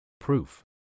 proof